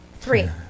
Three